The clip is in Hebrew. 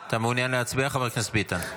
אתה מעוניין להצביע, חבר הכנסת ביטן?